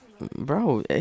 Bro